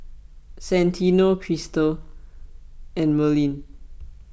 Santino Cristal and Merlin